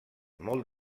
molt